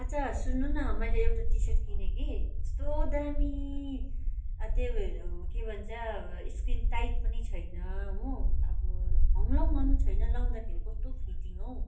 अच्छा सुन्नु न मैले एउटा टी सर्ट किने कि कस्तो दामी त्यही भएर के भन्छ स्किन टाइट पनि छैन हो अब ह्वार्लाङ्ङ छैन लाउँदाखेरि कस्तो फिटिङ हौ